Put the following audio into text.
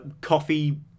coffee